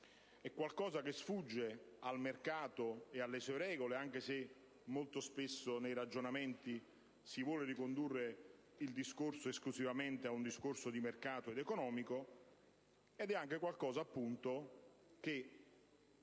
È qualcosa che sfugge al mercato e alle sue regole, anche se, molto spesso, nei ragionamenti, si vuole ricondurre il discorso esclusivamente a un contesto di mercato ed economico. È anche qualcosa,